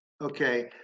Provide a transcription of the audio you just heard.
okay